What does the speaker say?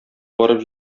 барып